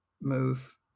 move